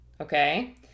Okay